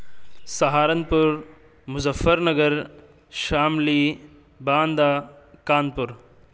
Saharanpur Muzaffar Nagar Shamli Banda Kanpur